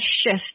shift